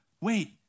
wait